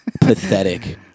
Pathetic